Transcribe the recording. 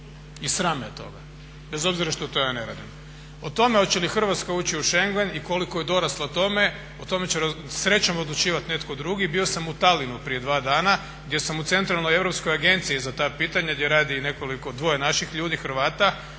i sram me toga bez obzira što to ja ne radim. O tome hoće li Hrvatska ući u schengen i koliko je dorasla tome o tome će srećom odlučivati netko drugi. Bio sam u Tallinnu prije dva dana gdje sam u Centralnoj europskoj agenciji za ta pitanja gdje radi dvoje naših ljudi Hrvata